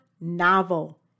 novel